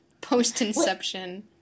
Post-inception